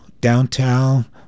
downtown